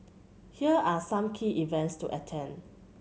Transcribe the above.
here are some key events to attend